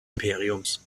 imperiums